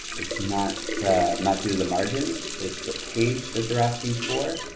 it's not to not to the margin, it's the page that they're asking for.